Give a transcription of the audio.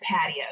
patio